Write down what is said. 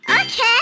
Okay